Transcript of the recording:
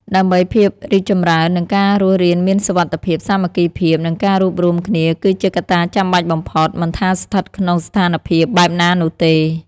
ដើម្បីភាពរីកចម្រើន និងការរស់រានមានសុវត្ថិភាព សាមគ្គីភាព និងការរួបរួមគ្នាគឺជាកត្តាចាំបាច់បំផុត មិនថាស្ថិតក្នុងស្ថានភាពបែបណានោះទេ។